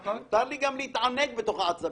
מותר לי גם להתענג עם כל העצבים.